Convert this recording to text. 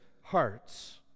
hearts